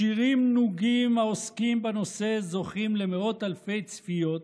שירים נוגים העוסקים בנושא זוכים למאות אלפי צפיות,